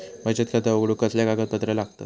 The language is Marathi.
बचत खाता उघडूक कसले कागदपत्र लागतत?